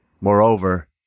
Moreover